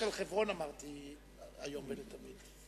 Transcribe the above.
רק על חברון אמרתי היום ולתמיד.